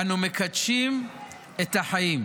אנו מקדשים את החיים.